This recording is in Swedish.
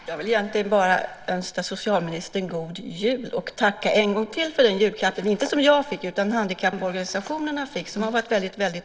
Herr talman! Jag vill egentligen bara önska socialministern god jul och en gång till tacka för den julklapp som inte jag utan handikapporganisationerna fick. De har varit väldigt oroliga.